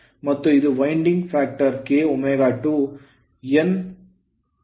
ಮತ್ತು ಇದು winding factor kw2 Nph1